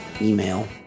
email